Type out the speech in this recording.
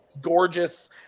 gorgeous